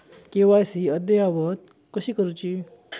KYC अद्ययावत कशी करुची?